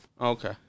Okay